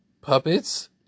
Puppets